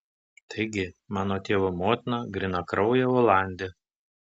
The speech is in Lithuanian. taigi mano tėvo motina grynakraujė olandė